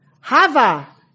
Hava